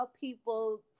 people